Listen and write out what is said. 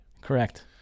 Correct